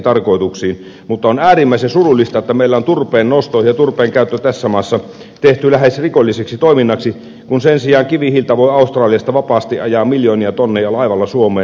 mutta on äärimmäisen surullista että meillä on turpeennosto ja turpeenkäyttö tässä maassa tehty lähes rikolliseksi toiminnaksi kun sen sijaan kivihiiltä voi australiasta vapaasti ajaa miljoonia tonneja laivalla suomeen